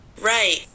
Right